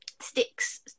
sticks